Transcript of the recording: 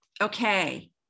Okay